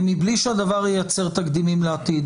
מבלי שהדבר ייצר תקדימים לעתיד,